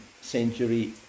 century